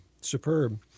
Superb